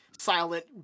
silent